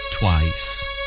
Twice